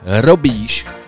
robíš